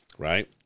Right